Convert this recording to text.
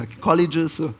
colleges